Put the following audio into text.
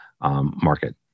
market